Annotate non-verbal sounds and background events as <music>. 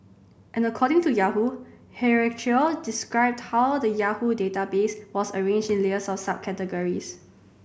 and according to Yahoo <unintelligible> described how the Yahoo database was arranged in layers of subcategories